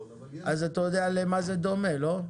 אז אתה יודע למה זה דומה, לא?